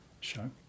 show